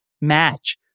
match